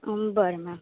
बरं मॅम